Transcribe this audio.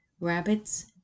rabbits